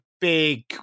big